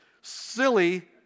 Silly